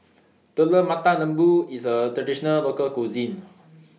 Telur Mata Lembu IS A Traditional Local Cuisine